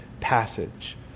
passage